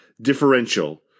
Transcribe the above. differential